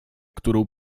którą